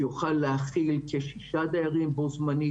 שיוכל להכיל כשישה דיירים בו זמנית.